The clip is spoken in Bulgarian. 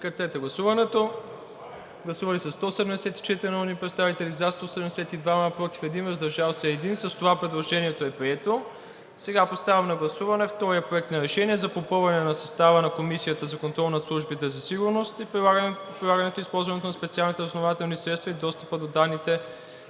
на гласуване. Гласували 174 народни представители: за 172, против 1, въздържал се 1. С това предложението е прието. Сега поставям на гласуване втория Проект на решение за попълване на състава на Комисията за контрол над службите за сигурност, прилагането и използването на специалните разузнавателни средства и достъпа до данните